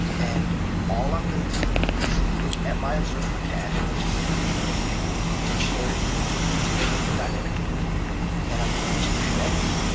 and all i'm going to do is look at my observable cache, which is the dictionary implementation in dynamic data and i'm going to connect,